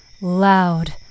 loud